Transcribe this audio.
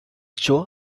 joe